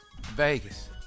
Vegas